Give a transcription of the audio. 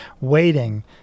waiting